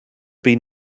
been